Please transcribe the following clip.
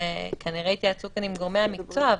שכנראה התייעצו פה עם גורמי המקצוע,